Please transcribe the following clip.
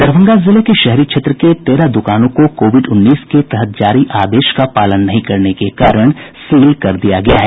दरभंगा जिले के शहरी क्षेत्र के तेरह दुकानों को कोविड उन्नीस के तहत जारी आदेश का पालन नहीं करने के कारण सील कर दिया गया है